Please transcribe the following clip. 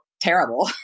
terrible